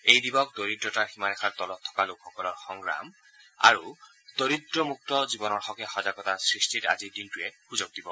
এই দিৱস দৰিদ্ৰতাৰ সীমাৰেখাৰ তলত থকা লোকসকলৰ সংগ্ৰাম আগবঢ়াই নি দৰিদ্ৰমুক্ত জীৱনৰ হকে সজাগতা সৃষ্টিত আজিৰ দিনটোৱে সুযোগ দিব